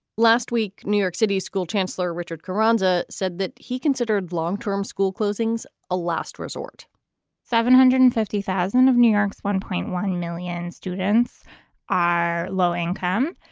last week, new york city's school chancellor, richard carranza, said that he considered long term school closings a last resort seven hundred and fifty thousand of new york's one point one million students are low income,